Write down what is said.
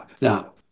Now